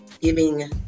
giving